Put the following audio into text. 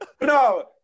No